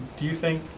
do you think,